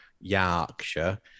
Yorkshire